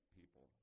people